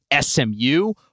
SMU